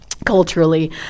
Culturally